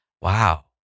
Wow